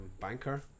banker